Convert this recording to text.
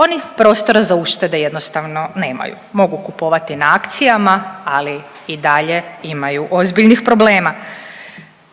Oni prostora za uštede jednostavno nemaju. Mogu kupovati na akcijama, ali i dalje imaju ozbiljnih problema.